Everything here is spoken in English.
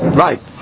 right